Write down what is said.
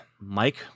mike